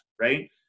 Right